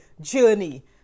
journey